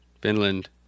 Finland